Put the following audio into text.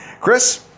Chris